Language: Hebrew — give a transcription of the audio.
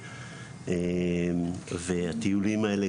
והטיולים האלה,